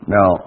Now